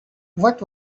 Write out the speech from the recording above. what